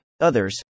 Others